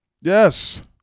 Yes